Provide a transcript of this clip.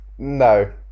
No